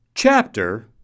Chapter